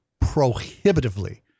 prohibitively